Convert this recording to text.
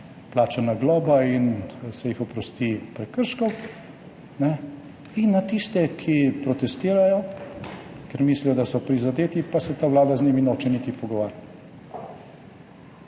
plačana globa in se jih oprosti prekrškov, in na tiste, ki protestirajo, ker mislijo, da so prizadeti, pa se ta vlada z njimi noče niti pogovarjati.